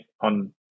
on